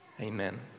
Amen